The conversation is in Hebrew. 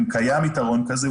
אם קיים יתרון כזה,